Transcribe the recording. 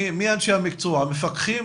מי אנשי המקצוע, מפקחים?